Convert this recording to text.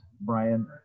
Brian